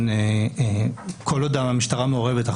כל עוד המשטרה מעורבת,